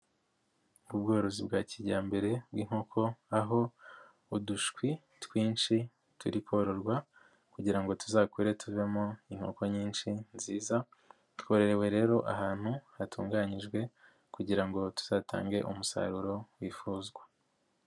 Ubworozi bwa kijyambere bw'inkoko, aho udushwi twinshi turi kororwa, kugira ngo tuzakure tuvemo inkoko nyinshi nziza, tworowe rero ahantu hatunganyijwe kugira ngo tuzatange umusaruro wifuzwa.